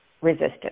resistance